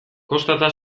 kostata